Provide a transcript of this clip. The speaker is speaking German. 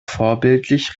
vorbildlich